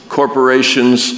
corporations